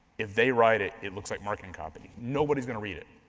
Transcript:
if they write it it looks like marketing copy, nobody's gonna read it.